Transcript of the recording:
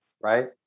right